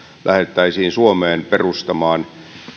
lähdettäisiin suomeen perustamaan